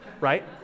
right